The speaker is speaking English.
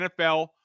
NFL